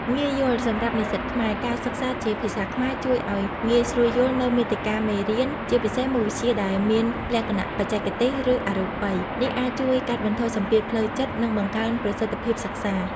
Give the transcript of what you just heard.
ងាយយល់ សម្រាប់និស្សិតខ្មែរ ការសិក្សាជាភាសាខ្មែរជួយឱ្យងាយស្រួលយល់នូវមាតិកាមេរៀន ជាពិសេសមុខវិជ្ជាដែលមានលក្ខណៈបច្ចេកទេស ឬអរូបី។ នេះអាចជួយកាត់បន្ថយសម្ពាធផ្លូវចិត្ត និងបង្កើនប្រសិទ្ធភាពសិក្សា។